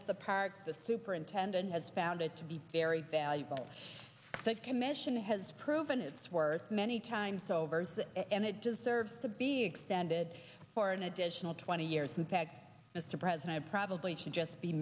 of the park the superintendent has found it to be very valuable the commission has proven its worth many times over and it deserves to be extended for an additional twenty years in fact mr president probably should just be